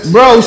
Bro